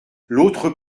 l’autre